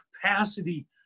capacity